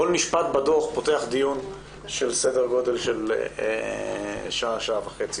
כל משפט בדוח פותח דיון של שעה, שעה וחצי.